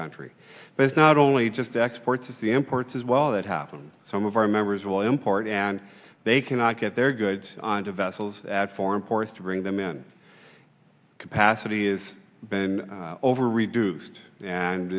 country but it's not only just exports of the imports as well that happen some of our members will import and they cannot get their goods on to vessels at foreign ports to bring them in capacity is been over reduced and